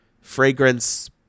fragrance